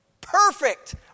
Perfect